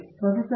professor V